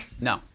No